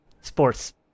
sports